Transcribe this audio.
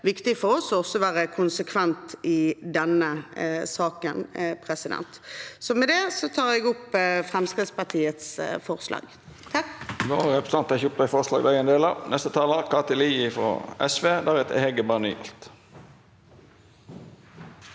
viktig for oss også å være konsekvente i denne saken. Med det tar jeg opp Fremskrittspartiets forslag.